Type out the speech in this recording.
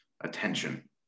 attention